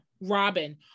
Robin